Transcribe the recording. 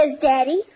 Daddy